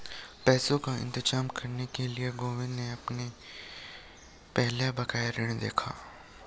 पैसों का इंतजाम करने के लिए गोविंद ने सबसे पहले बकाया ऋण देखा